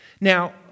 Now